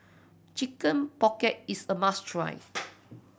Chicken Pocket is a must try